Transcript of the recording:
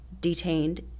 detained